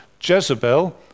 Jezebel